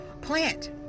plant